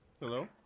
Hello